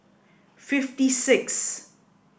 fifty sixth